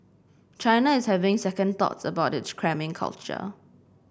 China is having second thoughts about its cramming culture